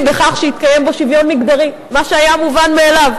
מה שהכנסת הזו הולכת עכשיו,